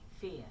fear